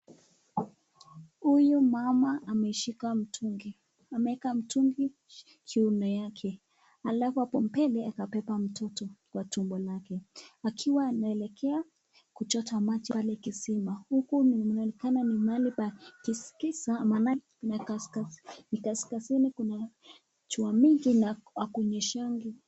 Huyu mama ameshika mtungi, ameweka mtungi kiuno yake alafu hapo mbele amebeba mtoto kwa tumbo lake akiwa anaelekea kuchota maji wenye kisima huku panaonekana ni mahali pa giza manake kaskazini kuna jua mingi na hakunyeshangi